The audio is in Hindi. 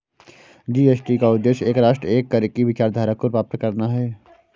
जी.एस.टी का उद्देश्य एक राष्ट्र, एक कर की विचारधारा को प्राप्त करना है